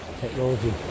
technology